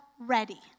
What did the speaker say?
ready